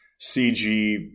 CG